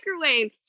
microwave